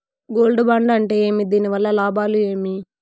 Gold bond అంటే ఏమి? దీని వల్ల లాభాలు ఏమి?